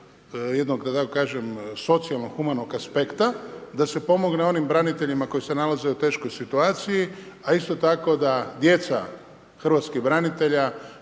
jednog da tako kažem socijalno humanog aspekta da se pomogne onim braniteljima koji se nalaze u teškoj situaciji a isto tako da djeca hrvatskih branitelja